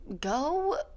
Go